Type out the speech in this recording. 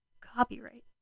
copyright